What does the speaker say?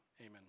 Amen